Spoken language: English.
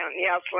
Yes